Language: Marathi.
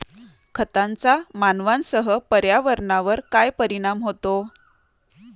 खतांचा मानवांसह पर्यावरणावर काय परिणाम होतो?